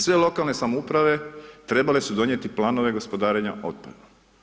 Sve lokalne samouprave, trebale su donijeti planove gospodarenja otpadom.